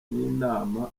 n’inama